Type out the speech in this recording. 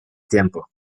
tiempo